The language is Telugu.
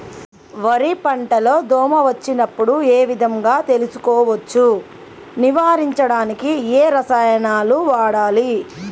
వరి పంట లో దోమ వచ్చినప్పుడు ఏ విధంగా తెలుసుకోవచ్చు? నివారించడానికి ఏ రసాయనాలు వాడాలి?